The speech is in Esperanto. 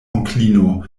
onklino